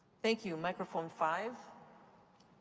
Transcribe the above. thank you. microphone five.